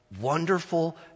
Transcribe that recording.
Wonderful